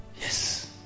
yes